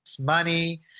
money